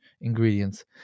ingredients